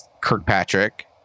Kirkpatrick